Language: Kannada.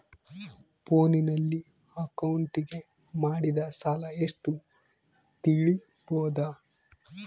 ಫೋನಿನಲ್ಲಿ ಅಕೌಂಟಿಗೆ ಮಾಡಿದ ಸಾಲ ಎಷ್ಟು ತಿಳೇಬೋದ?